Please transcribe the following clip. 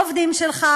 עובדים שלך,